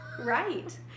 Right